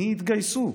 מי התגייסו?